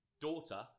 daughter